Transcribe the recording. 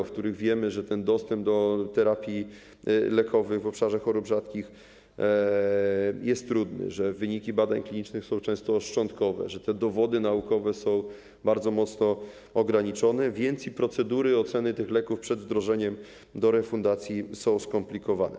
Wiemy, że dostęp do terapii lekowych w obszarze chorób rzadkich jest trudny, wyniki badań klinicznych są często szczątkowe, dowody naukowe są bardzo mocno ograniczone, a więc i procedury oceny tych leków przed wdrożeniem refundacji są skomplikowane.